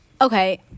Okay